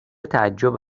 تعجب